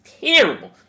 terrible